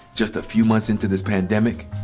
just a few months into this pandemic,